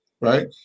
right